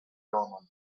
domon